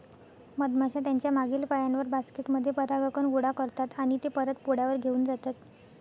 मधमाश्या त्यांच्या मागील पायांवर, बास्केट मध्ये परागकण गोळा करतात आणि ते परत पोळ्यावर घेऊन जातात